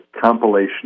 compilation